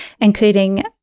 including